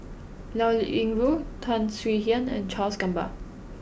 Liao Yingru Tan Swie Hian and Charles Gamba